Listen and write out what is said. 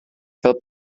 fel